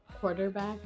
quarterback